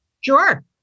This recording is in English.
Sure